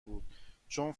بود، چون